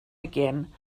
again